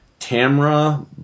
Tamra